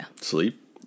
Sleep